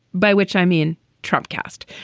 by which i mean trump cast.